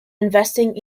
investing